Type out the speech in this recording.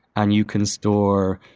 and you can store